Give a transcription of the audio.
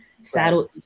saddle